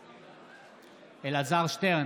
בעד אלעזר שטרן,